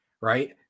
right